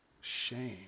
shame